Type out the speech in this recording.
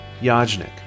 Yajnik